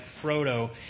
Frodo